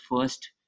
first